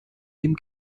dem